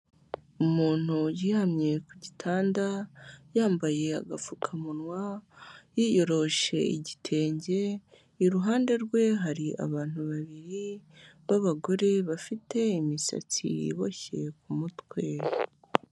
Umuntu uryamye ku gitanda, yambaye agapfukamunwa, yiyoroshe igitenge, iruhande rwe hari abantu babiri b'abagore bafite imisatsi iboshye ku mutwe.